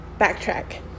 backtrack